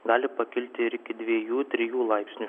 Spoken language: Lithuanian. gali pakilti ir iki dviejų trijų laipsnių